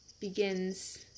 begins